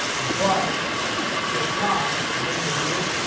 but if not, then they do?